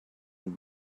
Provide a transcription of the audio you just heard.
and